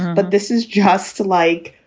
but this is just like,